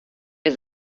wir